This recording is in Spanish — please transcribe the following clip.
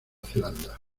zelanda